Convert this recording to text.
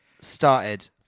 started